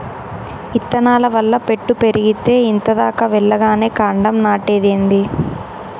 ఇత్తనాల వల్ల పెట్టు పెరిగేతే ఇంత దాకా వెల్లగానే కాండం నాటేదేంది